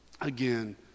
again